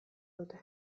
dute